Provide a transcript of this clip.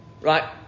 Right